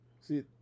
See